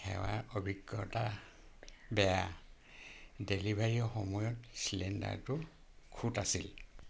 সেৱাৰ অভিজ্ঞতা বেয়া ডেলিভাৰীৰ সময়ত চিলিণ্ডাৰটোত খুঁত আছিল